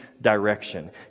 direction